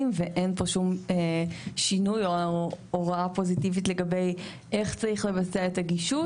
ואין פה שום שינוי או הוראה פוזיטיבית לגבי איך צריך לבצע את הגישוש.